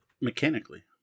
mechanically